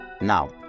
Now